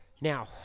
Now